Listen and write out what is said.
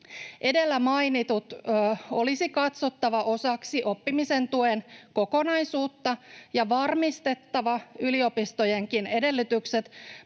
Edellä mainitut olisi katsottava osaksi oppimisen tuen kokonaisuutta ja varmistettava yliopistojenkin edellytykset